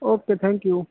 okay thank you